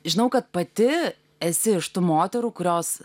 žinau kad pati esi iš tų moterų kurios